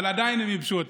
אבל עדיין הם ייבשו אותה,